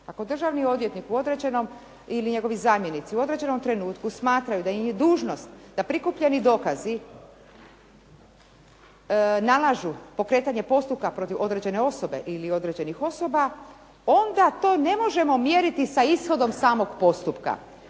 Ako državni odvjetnik ili njegovi zamjenici u određenom trenutku smatraju da im je dužnost da prikupljeni dokazi nalažu pokretanje postupka protiv određene osobe ili određenih osoba onda to ne možemo mjeriti sa ishodom samog postupka,